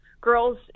girls